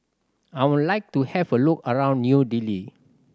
I would like to have a look around New Delhi